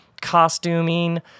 costuming